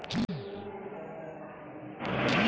నాట్లు వేసిన తర్వాత ఎన్ని రోజులకు వరి కంకులు వస్తాయి?